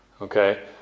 Okay